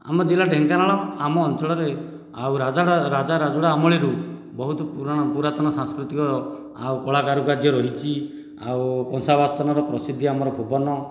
ଆମ ଜିଲ୍ଲା ଢେଙ୍କାନାଳ ଆମ ଅଞ୍ଚଳରେ ଆଉ ରାଜା ରାଜା ରାଜୁଡ଼ା ଅମଳିରୁ ବହୁତ ପୂରାଣ ପୁରାତନ ସାଂସ୍କୃତିକ ଆଉ କଳା କାରୁକାର୍ଯ୍ୟ ରହିଛି ଆଉ କଂସା ବାସନର ପ୍ରସିଦ୍ଧି ଆମର ଭୁବନ